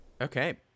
Okay